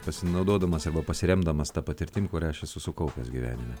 pasinaudodamas arba pasiremdamas ta patirtim kurią aš esu sukaupęs gyvenime